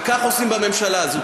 וכך עושים בממשלה הזאת.